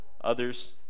others